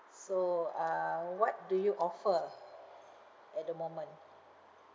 so uh what do you offer at the moment